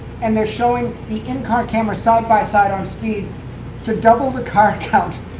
and they're showing the in-car cameras side-by-side on speed to double the car count,